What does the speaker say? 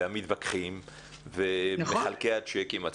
והמתווכחים ומחלקי השיקים.